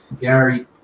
gary